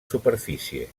superfície